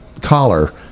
collar